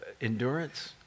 endurance